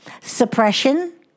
Suppression